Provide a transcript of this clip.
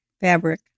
Fabric